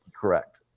Correct